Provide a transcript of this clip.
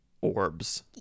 orbs